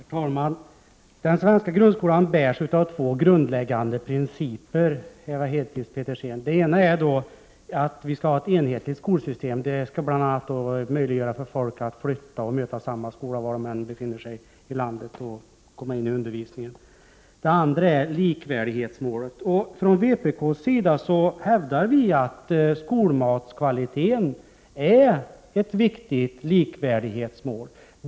Herr talman! Den svenska grundskolan bärs upp av två grundläggande principer, Ewa Hedkvist Petersen. Den ena är att vi skall ha ett enhetligt skolsystem, så att man bl.a. skall ha möjlighet att flytta och möta samma skola var man än befinner sig i landet och kunna komma in i undervisningen. Den andra är likvärdighetsmålet. Från vpk:s sida hävdar vi att skolmatens kvalitet är ett viktigt likvärdighetsmål.